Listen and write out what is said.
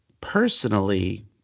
personally